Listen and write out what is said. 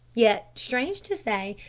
yet, strange to say,